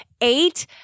eight